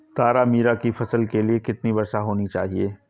तारामीरा की फसल के लिए कितनी वर्षा होनी चाहिए?